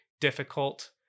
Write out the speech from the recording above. difficult